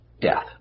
death